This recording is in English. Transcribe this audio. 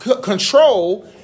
control